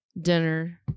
dinner